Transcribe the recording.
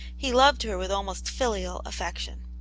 he loved her with almost filial affection.